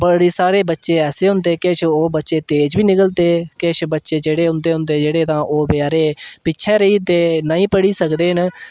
बड़े सारे बच्चे ऐसे होंदे किश ओह् बच्चे तेज़ बी निकलदे किश बच्चे जेह्ड़े उं'दे होंदे जेह्ड़े तां ओह् बचैरे पिच्छें रेही जंदे नेईं पढ़ी सकदे न